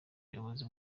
ubuyobozi